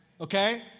okay